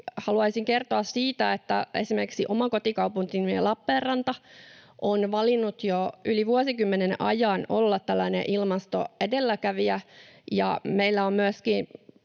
haluaisin kertoa siitä, että esimerkiksi oma kotikaupunkini Lappeenranta on valinnut jo yli vuosikymmenen ajan olla tällainen ilmastoedelläkävijä. Meillä sijaitsee